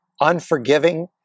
unforgiving